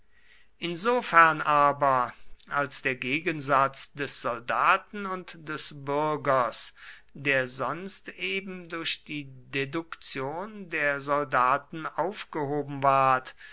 insofern aber als der gegensatz des soldaten und des bürgers der sonst eben durch die deduktion der soldaten aufgehoben ward